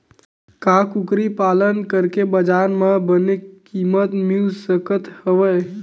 का कुकरी पालन करके बजार म बने किमत मिल सकत हवय?